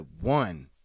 one